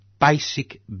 basic